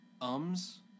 ums